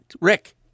rick